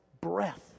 breath